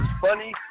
funny